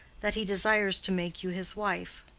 that he desires to make you his wife.